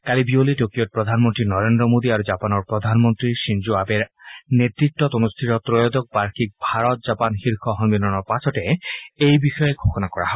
কালি বিয়লি টকিঅ'ত প্ৰধানমন্ত্ৰী নৰেন্দ্ৰ মোদী আৰু জাপানৰ প্ৰধানমন্ত্ৰী শ্বিনজো আবেৰ নেতৃত্বত অনুষ্ঠিত ত্ৰয়োদশ বাৰ্ষিক ভাৰত জাপান শীৰ্ষ সন্মিলনৰ পাছতেই এই ঘোষণা কৰা হয়